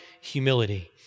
humility